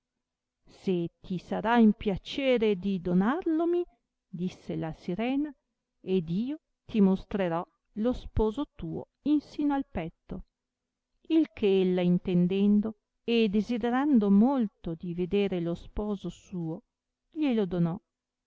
se ti sarà in piacere di donarlomi disse la sirena ed io ti mostrerò lo sposo tuo insino al petto il che ella intendendo e desiderando molto di vedere lo sposo suo glielo donò